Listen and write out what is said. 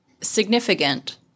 significant